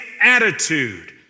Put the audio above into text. attitude